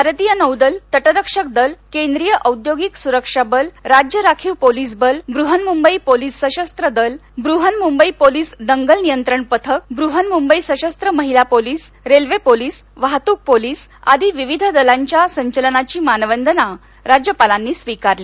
भारतीय नौदल तटरक्षक दल केंद्रीय औद्योगिक सुरक्षा बल राज्य राखीव पोलीस बल बृहन्मुंबई पोलीस सशस्त्र दल ब्रहन्मुंबई पोलीस दंगल नियंत्रण पथक ब्रहन्मुंबई सशस्त्र महिला पोलीसरेल्वे पोलीस वाहत्क पोलीस आदी विविध दलांच्या संचलनाची मानवंदना राज्यपालांनी स्वीकारली